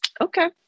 okay